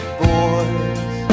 boys